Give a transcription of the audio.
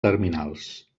terminals